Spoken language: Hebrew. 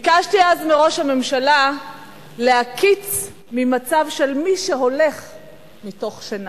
ביקשתי אז מראש הממשלה להקיץ ממצב של מי שהולך מתוך שינה,